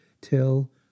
till